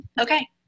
okay